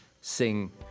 Sing